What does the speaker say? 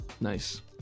Nice